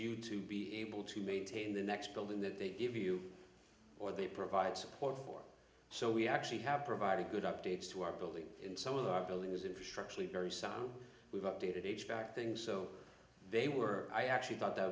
skewed to be able to maintain the next building that they give you or they provide support for so we actually have provided good updates to our building in some of our buildings infrastructurally very son we've updated age back things so they were i actually thought that